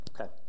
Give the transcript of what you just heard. Okay